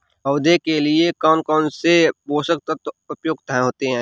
पौधे के लिए कौन कौन से पोषक तत्व उपयुक्त होते हैं?